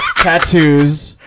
tattoos